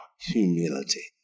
humility